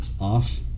off